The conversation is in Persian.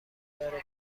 داره